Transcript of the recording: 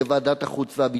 על-ידי ועדת החוץ והביטחון.